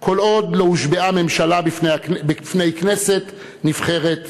כל עוד לא הושבעה ממשלה בפני כנסת נבחרת זו.